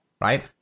Right